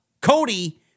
Cody